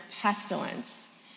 pestilence